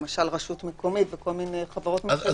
למשל רשות מקומית וכל מיני חברות ממשלתיות